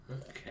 okay